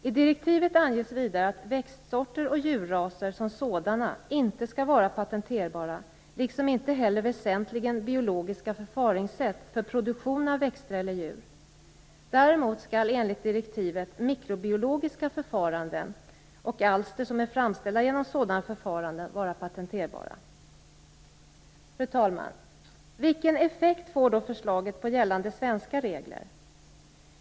I direktivet anges vidare att växtsorter och djurraser som sådana inte skall vara patenterbara liksom inte heller väsentliga biologiska förfaringssätt för produktion av växter eller djur. Däremot skall enligt direktivet mikrobiologiska förfaranden och alster som är framställda genom sådana förfaranden vara patenterbara. Fru talman! Vilken effekt får då förslaget på gällande svenska regler?